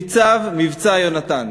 ניצב "מבצע יונתן"